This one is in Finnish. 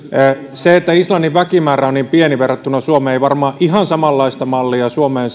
koska islannin väkimäärä on niin pieni verrattuna suomeen niin ei varmaan ihan samanlaista mallia suomeen